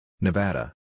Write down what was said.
Nevada